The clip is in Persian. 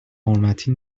حرمتی